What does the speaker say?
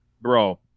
bro